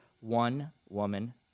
one-woman